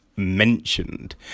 mentioned